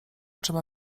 trzeba